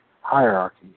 hierarchy